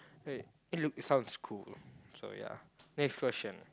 wait it looks sound cool so yeah next question